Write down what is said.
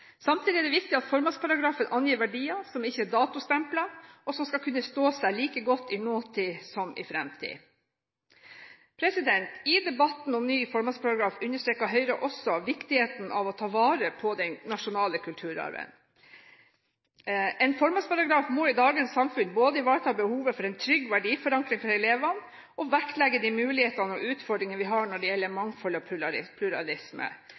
Samtidig er det viktig at formålsparagrafen angir verdier som ikke er datostemplet, og som skal kunne stå seg like godt i nåtid som i fremtid. I debatten om ny formålsparagraf understreket Høyre også viktigheten av å ta vare på den nasjonale kulturarven. En formålsparagraf må i dagens samfunn både ivareta behovet for en trygg verdiforankring for elevene og vektlegge de mulighetene og utfordringene vi har når det gjelder mangfold og pluralisme.